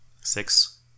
Six